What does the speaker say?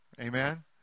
Amen